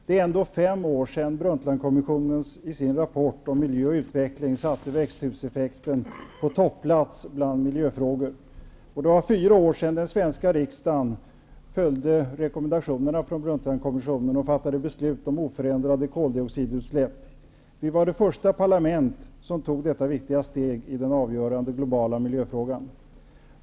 Det är ändå fem år sedan Brundtlandkommissionen i sin rapport om miljö och utveckling satte växthuseffekten på topplats bland miljöfrågor. Det är fyra år sedan den svenska riksdagen följde rekommendationerna från Brundtlandkommissionen och fattade beslut om oförändrade koldioxidutsläpp. Den svenska riksdagen var det första parlament som tog detta viktiga steg i denna avgörande globala miljöfråga.